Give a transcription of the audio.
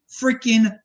freaking